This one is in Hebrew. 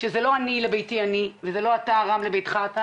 שזה לא אני לביתי ולא הנוכחים פה לביתם.